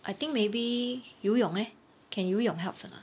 I think maybe 游泳 leh can 游泳 helps or not